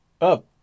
Up